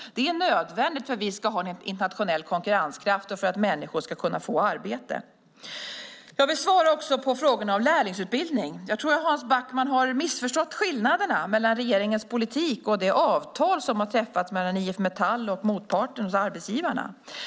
Det är nödvändigt för att vi ska ha en internationell konkurrenskraft och för att människor ska kunna få arbete. Jag vill också svara på frågorna om lärlingsutbildning. Jag tror att Hans Backman har missförstått skillnaderna mellan regeringens politik och det avtal som har träffats mellan IF Metall och motparten, alltså arbetsgivarna.